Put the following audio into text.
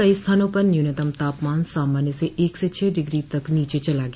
कई स्थानों पर न्यूनतम तापमान सामान्य से एक से छह डिग्री तक नीचे चला गया